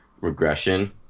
regression